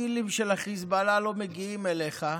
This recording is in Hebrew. והטילים של החיזבאללה לא מגיעים אליך,